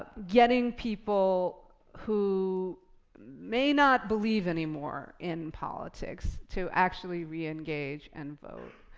getting people who may not believe anymore in politics to actually re-engage and vote.